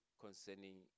Concerning